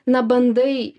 na bandai